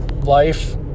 life